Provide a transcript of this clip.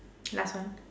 last one